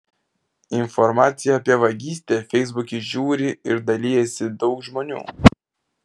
informaciją apie vagystę feisbuke žiūri ir dalijasi daug žmonių